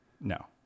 No